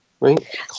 right